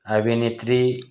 अभिनेत्री